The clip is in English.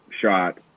shot